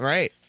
Right